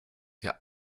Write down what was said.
der